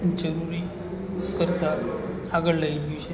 જરૂરી કરતાં આગળ લઈ ગયું છે